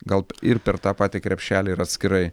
gal ir per tą patį krepšelį ir atskirai